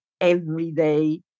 everyday